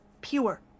pure